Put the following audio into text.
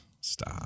stop